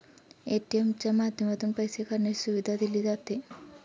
ATM च्या माध्यमातून पैसे काढण्याची सुविधा दिली जाते